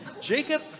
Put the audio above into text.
jacob